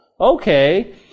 okay